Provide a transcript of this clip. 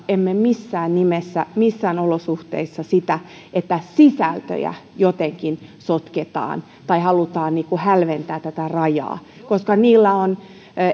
emme missään nimessä missään olosuhteissa sitä että sisältöjä jotenkin sotketaan tai halutaan hälventää tätä rajaa koska niillä on